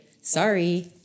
sorry